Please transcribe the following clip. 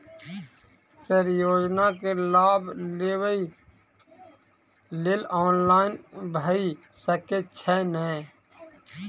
Sir योजना केँ लाभ लेबऽ लेल ऑनलाइन भऽ सकै छै नै?